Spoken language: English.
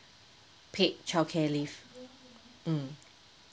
paid childcare leave mm